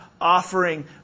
offering